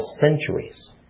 centuries